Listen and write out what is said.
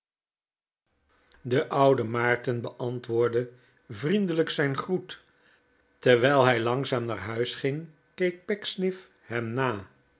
de oude maarten beantwoordde vriendelijk zijn groet terwijl hij langzaam naar huis ging keek pecksniff hem na